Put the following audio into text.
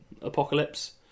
Apocalypse